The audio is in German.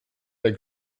der